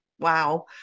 wow